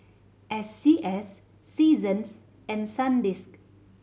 S C S Seasons and Sandisk